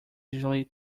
usually